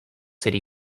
city